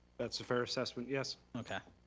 that's a fair assessment, yes. okay,